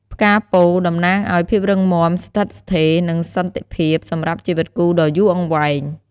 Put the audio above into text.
ផ្កាពោធិ៍ តំណាងអោយ ភាពរឹងមាំ ស្ថិតស្ថេរ និងសន្តិភាព សម្រាប់ជីវិតគូដ៏យូរអង្វែង។